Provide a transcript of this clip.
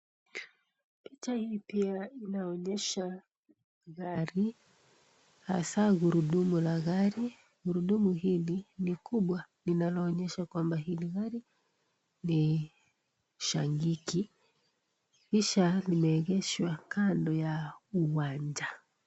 Picha hii pia inaonyesha gari, hasa gurudumu la gari. Gurudumu hili ni kubwa, linaloonyesha kwamba hili gari ni shangiki. Kisha limeegeshwa kando ya uwanja.